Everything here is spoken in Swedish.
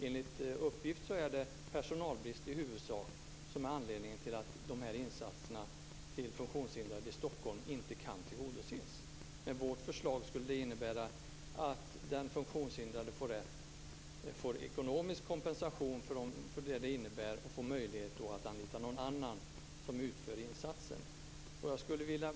Enligt uppgift är det i huvudsak personalbrist som är anledningen till att dessa insatser till funktionshindrade i Stockholm inte kan tillgodoses. Vårt förslag innebär att den funktionshindrade får ekonomisk kompensation för att kunna anlita någon annan som utför insatsen.